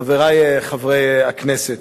חברי חברי הכנסת,